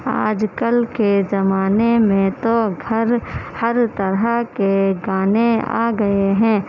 آج کل کے زمانے میں تو گھر ہر طرح کے گانے آ گئے ہیں